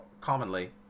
commonly